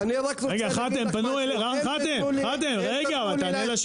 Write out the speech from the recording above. רגע חתאם פנו אליך,